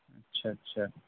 اچھا اچھا